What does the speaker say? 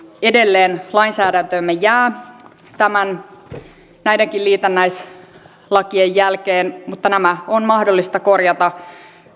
edelleen lainsäädäntöömme jää näidenkin liitännäislakien jälkeen mutta nämä on mahdollista korjata